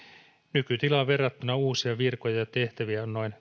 nykytilaan verrattuna uusia virkoja ja tehtäviä on noin